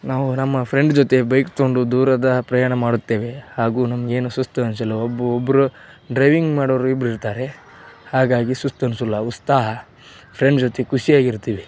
ನಾವು ನಮ್ಮ ಫ್ರೆಂಡ್ ಜೊತೆ ಬೈಕ್ ತಗೊಂಡು ದೂರದ ಪ್ರಯಾಣ ಮಾಡುತ್ತೇವೆ ಹಾಗೂ ನಮಗೇನೂ ಸುಸ್ತು ಅನಿಸಿಲ್ಲ ಒಬ್ಬ ಒಬ್ಬರು ಡ್ರೈವಿಂಗ್ ಮಾಡೋರು ಇಬ್ರು ಇರ್ತಾರೆ ಹಾಗಾಗಿ ಸುಸ್ತು ಅನಿಸೋಲ್ಲ ಉತ್ಸಾಹ ಫ್ರೆಂಡ್ ಜೊತೆ ಖುಷಿಯಾಗಿರ್ತೀವಿ